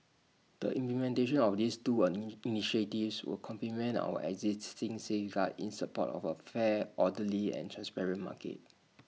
the implementation of these two initiatives will complement our existing safeguards in support of A fair orderly and transparent market